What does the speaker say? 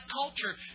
culture